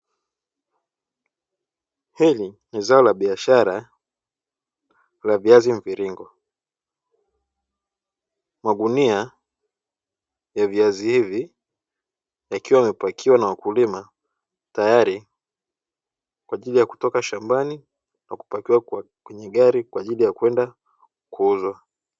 Hili ni zao la biashara la viazi mviringo, magunia ya viazi hivi yakiwa yamepakiwa na wakulima tayari kwa ajili ya kutoka shambani na kupakiwa kwenye gari kwa ajili ya kwenda kuuzwa.